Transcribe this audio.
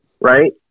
Right